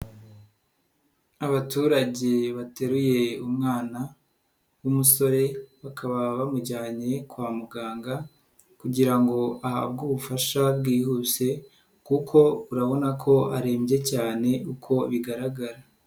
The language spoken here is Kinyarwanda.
Abaturage bateruye umwana w'umusore, bakaba bamujyanye kwa muganga kugira ngo ahabwe ubufasha bwihuse kuko urabona ko arembye cyane uko bigaragara.